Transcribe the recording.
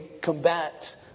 combat